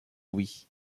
wii